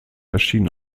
erschien